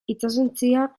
itsasontzia